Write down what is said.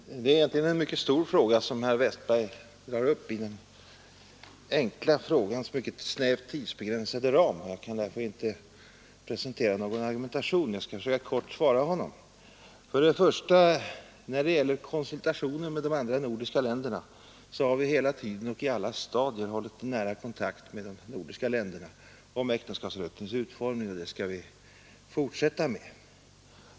Herr talman! Det är egentligen ett mycket stort problem som herr Westberg drar upp inom den enkla frågans mycket snävt tidsbegränsade ram. Jag kan därför inte presentera någon argumentation men skall försöka att kortfattat svara honom. När det gäller konsultationer med de andra nordiska länderna vill jag för det första säga att vi hela tiden och på alla stadier hållit nära kontakt med dem angående äktenskapsrättens utformning, och detta skall vi fortsätta med.